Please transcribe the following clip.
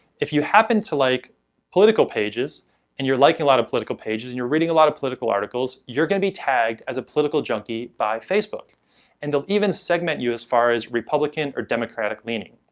if you happen to like political pages and you're liking a lot of political pages and you're reading a lot of political articles, you're going to be tagged as a political junkie by facebook and they'll even segment you as far as republican or democratic leaning.